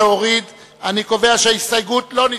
אני קובע שההסתייגות לחלופין לא נתקבלה.